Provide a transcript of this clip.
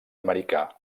americà